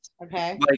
Okay